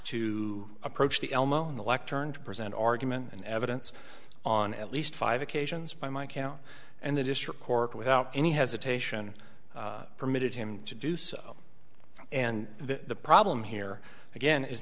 to approach the elmo in the lectern to present argument and evidence on at least five occasions by my count and the district court without any hesitation permitted him to do so and the problem here again is